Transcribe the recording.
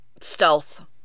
stealth